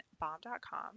bomb.com